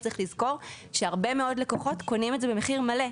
צריך לזכור שהרבה מאוד לקוחות קונים את זה במחיר מלא.